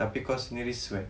tapi kau sendiri sweat